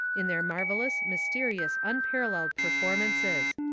in their marvellous, mysterious, unparalleled performances.